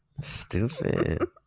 Stupid